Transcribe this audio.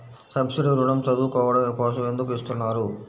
Subsidy ఋణం చదువుకోవడం కోసం ఎందుకు ఇస్తున్నారు?